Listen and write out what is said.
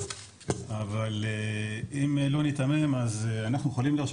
אבל אם לא ניתמם אז אנחנו יכולים להרשות